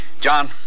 John